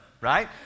right